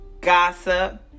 Gossip